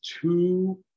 two